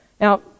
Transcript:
Now